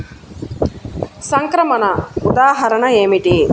సంక్రమణ ఉదాహరణ ఏమిటి?